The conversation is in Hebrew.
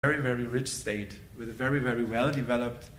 Very very rich state, with very very well developed